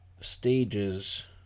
Stages